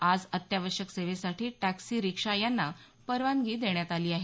आज अत्यावश्यक सेवेसाठी टॅक्सी रिक्षा यांना परवानगी देण्यात आली आहे